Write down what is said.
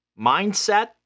mindset